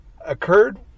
occurred